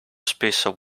spesso